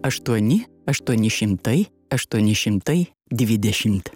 aštuoni aštuoni šimtai aštuoni šimtai dvidešimt